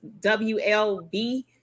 WLB